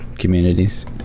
communities